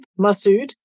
Masood